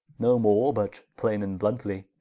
no more but plaine and bluntly?